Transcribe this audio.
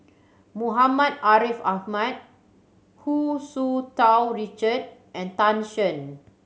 Muhammad Ariff Ahmad Hu Tsu Tau Richard and Tan Shen